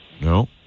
No